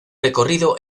recorrido